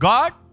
God